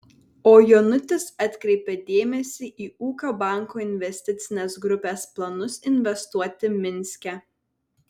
o jonutis atkreipia dėmesį į ūkio banko investicinės grupės planus investuoti minske